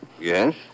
Yes